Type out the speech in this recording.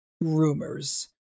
rumors